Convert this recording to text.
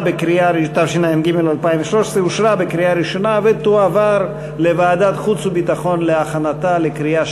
התשע"ג 2013, לוועדת החוץ והביטחון נתקבלה.